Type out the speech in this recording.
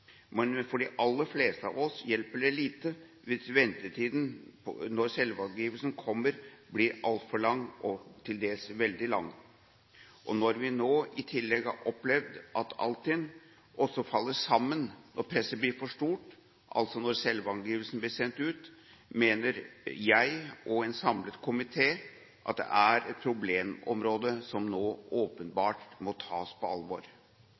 men for de aller fleste av oss hjelper det lite hvis ventetiden, når selvangivelsen kommer, blir altfor lang og til dels veldig lang. Og når vi nå i tillegg har opplevd at Altinn også faller sammen når presset blir for stort – altså når selvangivelsen blir sendt ut – mener jeg og en samlet komité at dette er et problemområde som nå åpenbart må tas på alvor.